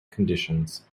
conditions